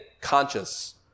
conscious